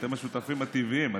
אתם השותפים הטבעיים.